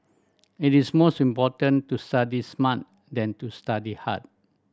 it is most important to study smart than to study hard